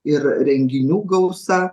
ir renginių gausa